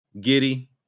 giddy